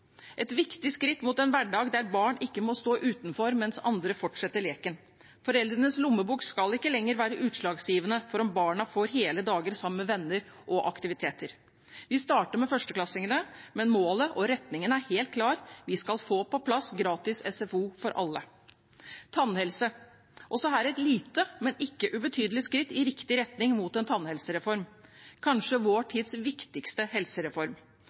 et viktig skritt mot en hverdag der barn ikke må stå utenfor mens andre fortsetter leken. Foreldrenes lommebok skal ikke lenger være utslagsgivende for om barna får hele dager sammen med venner og på aktiviteter. Vi starter med førsteklassingene, men målet og retningen er helt klar: Vi skal få på plass gratis SFO for alle. Også for tannhelse er det her et lite, men ikke ubetydelig skritt i riktig retning, mot en tannhelsereform. Det er kanskje vår tids viktigste helsereform,